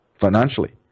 financially